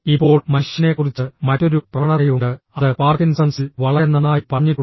ഇപ്പോൾ മനുഷ്യനെക്കുറിച്ച് മറ്റൊരു പ്രവണതയുണ്ട് അത് പാർക്കിൻസൺസിൽ വളരെ നന്നായി പറഞ്ഞിട്ടുണ്ട്